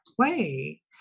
play